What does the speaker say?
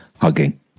hugging